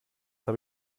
habe